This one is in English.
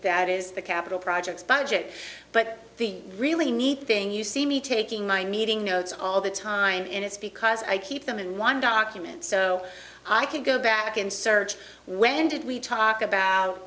that is the capital projects budget but the really neat thing you see me taking my meeting notes all the time and it's because i keep them in one document so i can go back and search when did we talk about